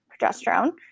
progesterone